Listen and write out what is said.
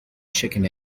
chicken